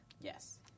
Yes